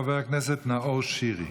חבר הכנסת נאור שירי.